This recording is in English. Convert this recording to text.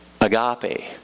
Agape